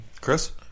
Chris